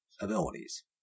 abilities